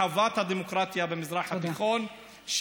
חוות הדמוקרטיה במזרח התיכון,